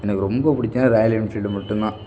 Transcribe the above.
எனக்கு ரொம்பப் பிடிச்சதுனா ராயல் என்ஃபீல்டு மட்டும் தான்